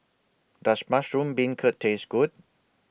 Does Mushroom Beancurd Taste Good